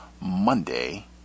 Monday